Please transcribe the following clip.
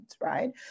right